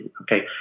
okay